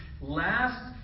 last